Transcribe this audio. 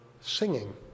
singing